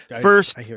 first